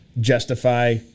justify